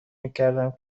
میکردم